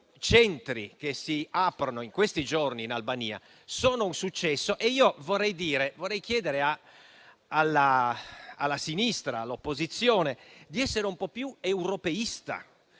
i centri che si aprono in questi giorni in Albania sono un successo e vorrei chiedere all'opposizione di essere un po' più europeista.